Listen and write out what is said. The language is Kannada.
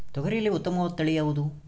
ತೊಗರಿಯಲ್ಲಿ ಉತ್ತಮವಾದ ತಳಿ ಯಾವುದು?